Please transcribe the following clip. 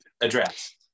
address